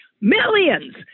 Millions